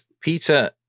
Peter